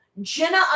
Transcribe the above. Jenna